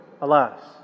alas